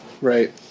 Right